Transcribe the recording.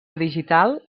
digital